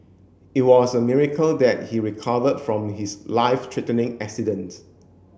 it was a miracle that he recovered from his life threatening accident